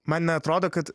man neatrodo kad